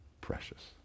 precious